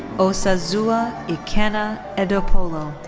osazuwa ikenna edokpolo.